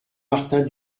martin